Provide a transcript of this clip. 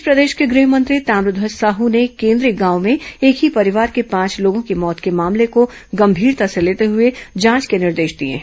इस बीच प्रदेश के गृह मंत्री ताम्रध्वज साह ने केन्द्री गांव में एक ही परिवार के पांच लोगों की मौत के मामले को गंभीरता से लेते हुए जांच के निर्देश दिए हैं